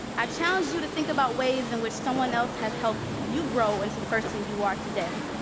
i challenge you to think about ways in which someone else has helped you grow into the person you are today,